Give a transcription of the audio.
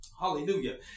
Hallelujah